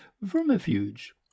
vermifuge